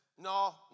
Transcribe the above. No